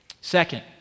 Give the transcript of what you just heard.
Second